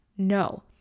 No